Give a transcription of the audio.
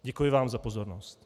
Děkuji vám za pozornost.